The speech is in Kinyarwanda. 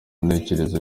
ntekerezo